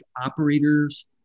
operators